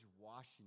Washington